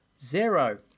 Zero